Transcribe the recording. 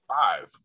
five